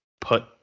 put